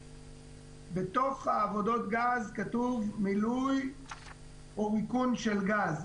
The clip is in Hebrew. בתוך עבודות גז כתוב "מילוי או ריקון של גז".